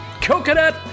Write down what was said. Coconut